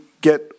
get